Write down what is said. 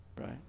Right